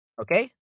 okay